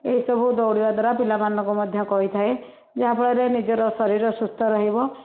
ଏହିସବୁ ଦୌଡ଼ିବା ଦ୍ୱାରା ପିଲାମାନଙ୍କୁ ମଧ୍ୟ କହିଥାଏ ଯାହାଫଳରେ ନିଜର ଶରୀର ସୁସ୍ଥ ରହିବ